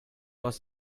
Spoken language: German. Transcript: aus